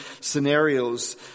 scenarios